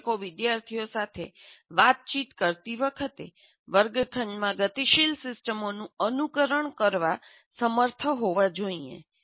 શિક્ષકો વિદ્યાર્થીઓ સાથે વાતચીત કરતી વખતે વર્ગખંડમાં ગતિશીલ સિસ્ટમોનું અનુકરણ કરવામાં સમર્થ હોવા જોઈએ